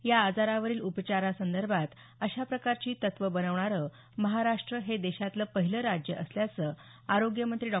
या आजारावरील उपचारासंदर्भात अशा प्रकारची तत्त्व बनवणारं महाराष्ट्र हे देशातलं पहिलं राज्य असल्याचं आरोग्यमंत्री डॉ